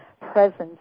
presence